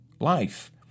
life